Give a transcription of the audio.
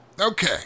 Okay